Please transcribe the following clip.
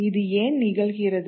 இது ஏன் நிகழ்கிறது